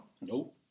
Nope